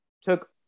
took